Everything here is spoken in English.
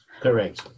Correct